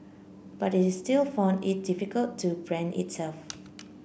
but it is still found it difficult to brand itself